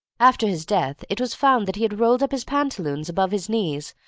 after his death it was found that he had rolled up his pantaloons above his knees,